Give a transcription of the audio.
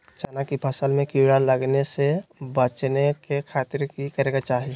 चना की फसल में कीड़ा लगने से बचाने के खातिर की करे के चाही?